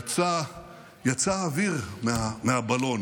יצא אוויר מהבלון?